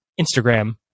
Instagram